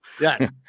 Yes